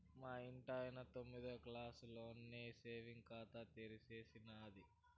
మా ఇంటాయన తొమ్మిదో క్లాసులోనే సేవింగ్స్ ఖాతా తెరిచేసినాది